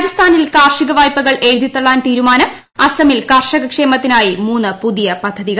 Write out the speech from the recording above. രാജസ്ഥാനിൽ കാർഷിക് വായ്പകൾ എഴുതിത്തള്ളാൻ തീരുമാനം അസ്മിൽ കർഷക ക്ഷേമത്തിനായി മൂന്ന് പുതിയ പദ്ധതികൾ